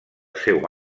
seu